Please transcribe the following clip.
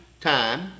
time